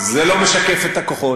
זה לא משקף את הכוחות.